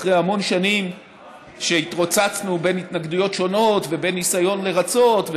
אחרי המון שנים שהתרוצצנו בין התנגדויות שונות ובין ניסיון לרצות,